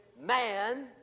man